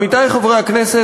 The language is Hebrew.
עמיתי חברי הכנסת,